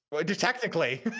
technically